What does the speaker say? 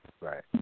right